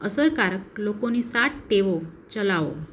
અસરકારક લોકોની સાત ટેવો ચલાવો